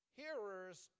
hearers